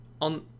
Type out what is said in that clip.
On